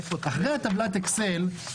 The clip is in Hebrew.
אחרי טבלת האקסל,